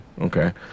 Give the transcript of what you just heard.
Okay